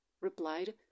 replied